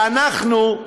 ואנחנו,